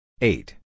Eight